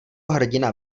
hrdina